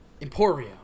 Emporio